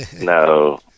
No